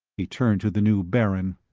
he turned to the new baron.